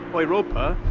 or europa,